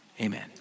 amen